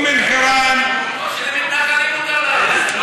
או שלמתנחלים מותר להרביץ?